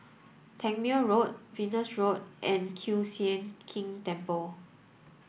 Tangmere Road Venus Road and Kiew Sian King Temple